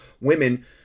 women